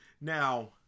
Now